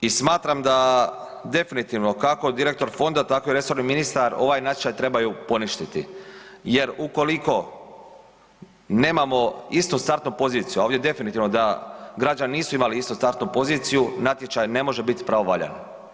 I smatram da definitivno kako direktor fonda tako i resorni ministar, ovaj natječaj trebaju poništiti jer ukoliko nemamo istu startnu poziciju a ovdje je definitivno da građani nisu imali istu startnu poziciju, natječaj ne može biti pravovaljan.